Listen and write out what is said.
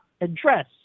address